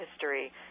history